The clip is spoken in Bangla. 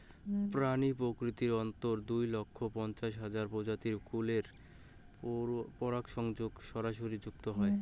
প্রাণী প্রকৃতির অন্ততঃ দুই লক্ষ পঞ্চাশ হাজার প্রজাতির ফুলের পরাগসংযোগে সরাসরি যুক্ত রয়